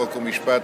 חוק ומשפט,